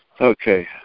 okay